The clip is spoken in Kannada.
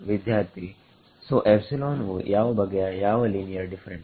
ವಿದ್ಯಾರ್ಥಿ ಸೋಎಪ್ಸಿಲೋನ್ ವು ಯಾವ ಬಗೆಯ ಯಾವ ಲೀನಿಯರ್ ಡಿಫರೆಂಟ್